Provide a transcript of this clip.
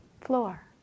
Floor